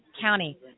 County